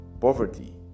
poverty